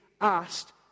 asked